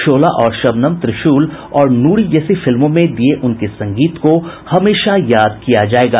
शोला और शबनम त्रिशूल और नूरी जैसी फिल्मों में दिए उनके संगीत को हमेशा याद किया जाएगा